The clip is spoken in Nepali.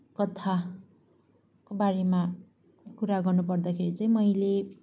कथाको बारेमा कुरा गर्नुपर्दाखेरि चाहिँ मैले